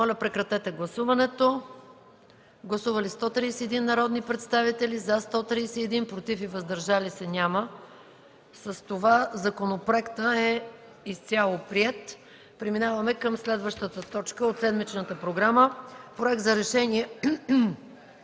Моля, гласувайте. Гласували 131 народни представители: за 131, против и въздържали се няма. С това законът е изцяло приет. Преминаваме към следващата точка от седмичната програма: ПРОЕКТ НА РЕШЕНИЕ